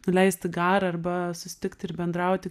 nuleisti garą arba susitikti ir bendrauti